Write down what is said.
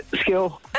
skill